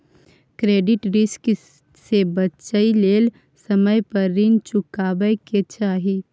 credit risk से बचइ लेल समय पर रीन चुकाबै के चाही